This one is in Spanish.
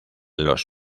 los